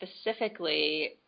specifically